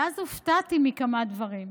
ואז הופתעתי מכמה דברים.